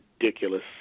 ridiculous